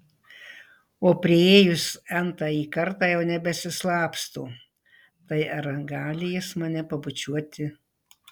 o priėjus n tąjį kartą jau nebesislapsto tai ar gali jis mane pabučiuoti